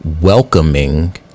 welcoming